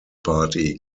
party